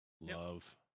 love